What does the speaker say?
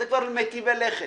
זה כבר למיטבי לכת.